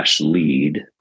lead